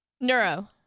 Neuro